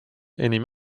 enim